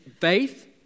faith